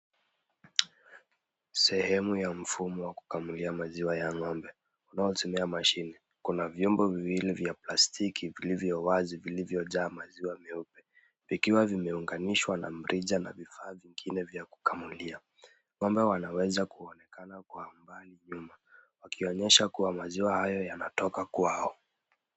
Sehemu ya mfumo wa kukamilisha maziwa ya ng'ombe, unaotumia mashine, Kuna vyombo viwili vya plastiki vilivyo wazi vilivyojaa maziwa meupe, vikiwa vimeunganishwa na mrija na vifaa vingine vya kukamulia. Ng'ombe wanaweza kuonekana kwa umbali nyuma, wakionyesha kuwa maziwa hayo yanatoka kwao.